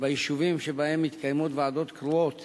במקומות שבהם יש ועדה קרואה ואת